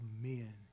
men